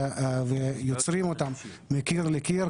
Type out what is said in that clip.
שיוצרים אותן מקיר לקיר,